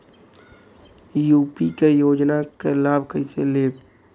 UP क योजना क लाभ कइसे लेब?